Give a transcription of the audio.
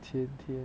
前天